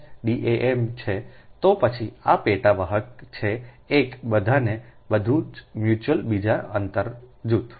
D am છું તો પછી આ પેટા વાહક છેએક બધાને બધા જ મ્યુચ્યુઅલ બીજા અંતર જૂથ